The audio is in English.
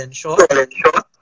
short